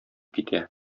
китә